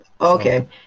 okay